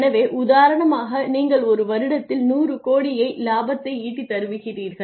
எனவே உதாரணமாக நீங்கள் ஒரு வருடத்தில் 100 கோடியை லாபத்தை ஈட்டி தருகிறீர்கள்